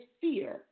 fear